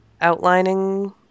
Outlining